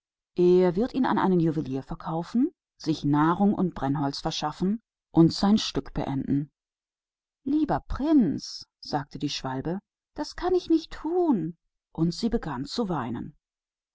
er wird es an einen juwelier verkaufen und sich dafür essen und feuerung verschaffen und sein stück beenden lieber prinz sagte der schwälberich das kann ich nicht tun und er begann zu weinen